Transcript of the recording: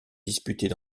disputées